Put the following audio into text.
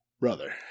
brother